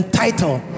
title